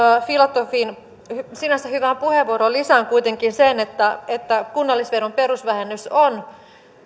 filatovin sinänsä hyvään puheenvuoroon lisään kuitenkin sen että kunnallisveron perusvähennys on